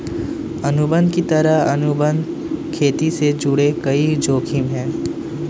अनुबंध की तरह, अनुबंध खेती से जुड़े कई जोखिम है